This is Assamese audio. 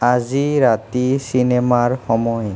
আজি ৰাতি চিনেমাৰ সময়